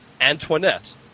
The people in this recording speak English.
Antoinette